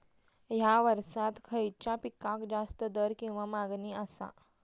हया वर्सात खइच्या पिकाक जास्त दर किंवा मागणी आसा?